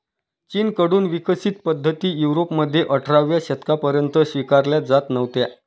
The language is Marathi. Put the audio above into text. चीन कडून विकसित पद्धती युरोपमध्ये अठराव्या शतकापर्यंत स्वीकारल्या जात नव्हत्या